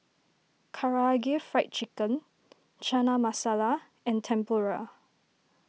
Karaage Fried Chicken Chana Masala and Tempura